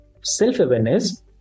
self-awareness